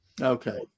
Okay